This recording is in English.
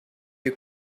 you